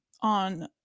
on